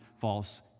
false